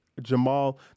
Jamal